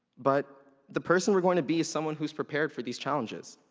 but the person we're going to be is someone who's prepared for these challenges.